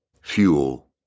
fuel